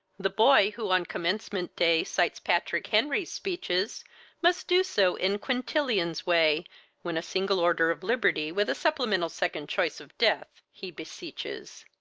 the boy who on commencement day cites patrick henry's speeches must do so in quintilian's way when a single order of liberty, with a supplemental second choice of death, he beseeches.